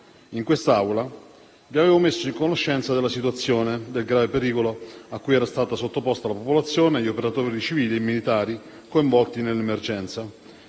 in quest'Aula, vi avevo messo a conoscenza della situazione e del grave pericolo a cui erano stati sottoposti la popolazione e gli operatori civili e militari coinvolti nell'emergenza.